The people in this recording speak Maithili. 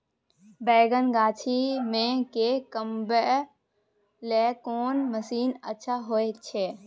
बैंगन गाछी में के कमबै के लेल कोन मसीन अच्छा होय छै?